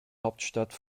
hauptstadt